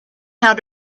how